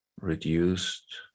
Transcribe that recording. reduced